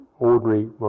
ordinary